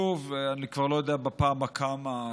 לא יודע בפעם הכמה,